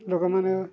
ଲୋକମାନେ